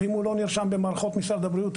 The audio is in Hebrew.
ואם הוא לא נרשם במערכות משרד הבריאות,